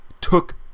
took